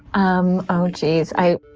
um oh jeez i.